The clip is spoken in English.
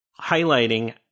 highlighting